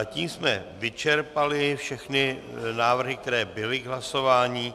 Tím jsme vyčerpali všechny návrhy, které byly k hlasování.